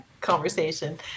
conversation